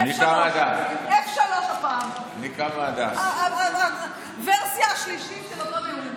3F הפעם, הוורסיה השלישית של אותו דיון.